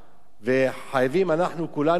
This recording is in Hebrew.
וחייבים אנחנו כולנו, מעבר